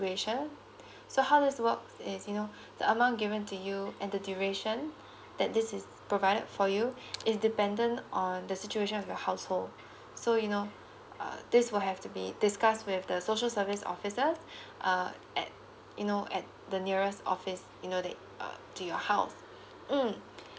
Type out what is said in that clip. so how was work is you know the amount given to you and the duration that this is provided for you is dependent on the situation of your household so you know uh this will have to be discussed with the social service officers uh at you know at the nearest office you know that uh to your house mm